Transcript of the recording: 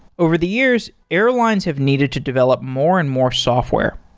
over the years, airlines have needed to develop more and more software.